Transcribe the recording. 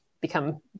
become